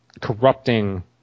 corrupting